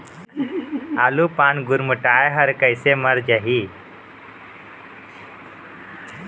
आलू पान गुरमुटाए हर कइसे मर जाही?